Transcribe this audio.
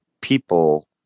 people